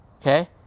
okay